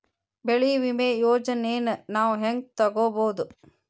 ಬೆಳಿ ವಿಮೆ ಯೋಜನೆನ ನಾವ್ ಹೆಂಗ್ ತೊಗೊಬೋದ್?